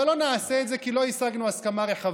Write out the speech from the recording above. אבל לא נעשה את זה, כי לא השגנו הסכמה רחבה.